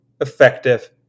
effective